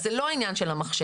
זה לא עניין של המחשב.